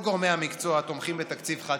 כל גורמי המקצוע תומכים בתקציב חד-שנתי.